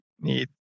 need